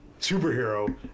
superhero